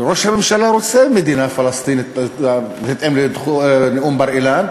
שראש הממשלה רוצה מדינה פלסטינית בהתאם לנאום בר-אילן,